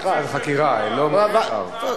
אין צו מעצר.